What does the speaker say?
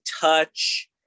touch